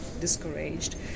discouraged